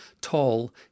tall